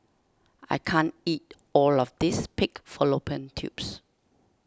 I can't eat all of this Pig Fallopian Tubes